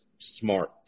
smart